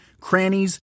crannies